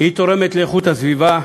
היא תורמת לאיכות הסביבה,